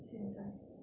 现在